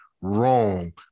wrong